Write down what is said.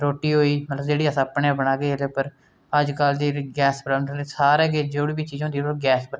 रुट्टी होई मतलब कि जेह्ड़ी अस अपने बनाह्गे एह्दे उप्पर अजकल दी गैस सलंडर सारा किश जो बी चीजां होंदियां तुस गैस उप्पर